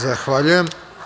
Zahvaljujem.